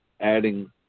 adding